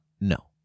No